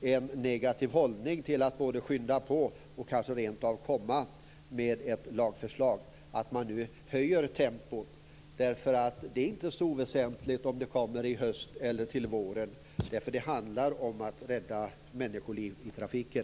en negativ hållning både till att skynda på och rent av till att komma med ett lagförslag, att höja tempot nu. Det är inte så oväsentligt om det kommer ett förslag i höst eller till våren. Det handlar om att rädda människoliv i trafiken.